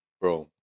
bro